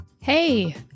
Hey